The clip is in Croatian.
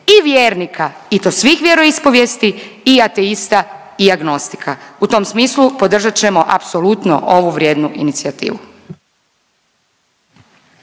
i vjernika i to svih vjeroispovijesti i ateista i agnostika. U tom smislu podržat ćemo apsolutno ovu vrijednu inicijativu.